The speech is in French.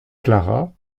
clara